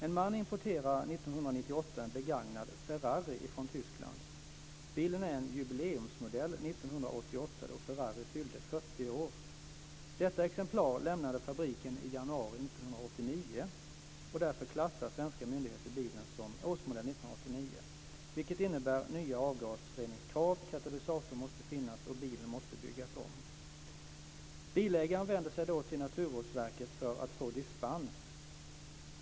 En man importerar 1998 en begagnad Ferrari från då Ferrari fyllde 40 år. Detta exemplar lämnade fabriken i januari 1989, och därför klassar svenska myndigheter bilen som årsmodell 1989. Det innebär nya avgasreningskrav - katalysator måste finnas och bilen måste byggas om. Bilägaren vänder sig då till Naturvårdsverket för att få dispens.